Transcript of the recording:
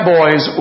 Boys